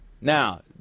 Now